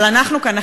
אבל אנחנו כאן,